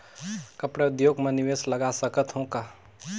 कपड़ा उद्योग म निवेश लगा सकत हो का?